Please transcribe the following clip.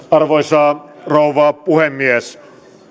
arvoisa rouva puhemies